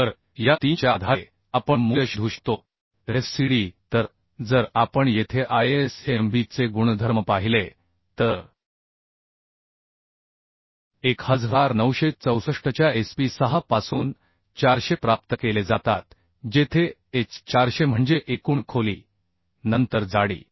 तर या 3 च्या आधारे आपण fcd मूल्य शोधू शकतो जर आपण येथे ISMB चे गुणधर्म पाहिले तर 1964 च्या SP 6 पासून 400 प्राप्त केले जातात जेथे एच 400 म्हणजे एकूण खोली नंतर जाडी